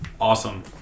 Awesome